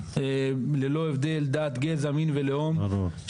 ללא הבדל דת גזע מין ולאום,